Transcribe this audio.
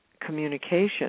communication